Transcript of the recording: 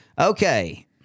Okay